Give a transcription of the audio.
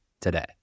today